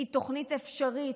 היא תוכנית אפשרית.